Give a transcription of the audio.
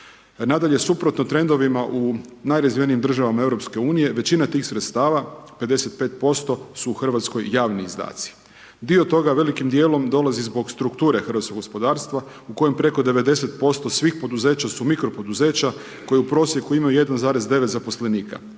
Nadalje, suprotno trendovima u najrazvijenijim državama EU većina tih sredstava 55% su u Hrvatskoj javni izdaci. Dio toga velikim dijelom dolazi zbog strukture hrvatskog gospodarstva u kojem preko 90% svih poduzeća su mikro poduzeća koja u prosjeku imaju 1,9 zaposlenika.